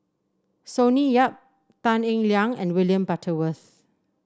Sonny Yap Tan Eng Liang and William Butterworth